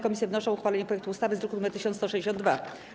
Komisje wnoszą o uchwalenie projektu ustawy z druku nr 1162.